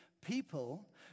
people